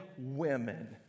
women